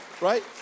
Right